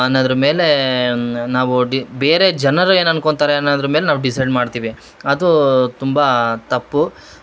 ಅನ್ನದರ ಮೇಲೇ ನಾವು ಡಿ ಬೇರೆ ಜನರು ಏನು ಅನ್ಕೊಂತಾರೆ ಅನ್ನೋದರ ಮೇಲೆ ನಾವು ಡಿಸೈಡ್ ಮಾಡ್ತೀವಿ ಅದೂ ತುಂಬಾ ತಪ್ಪು